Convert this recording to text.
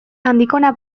andikona